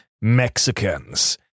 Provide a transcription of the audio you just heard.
Mexicans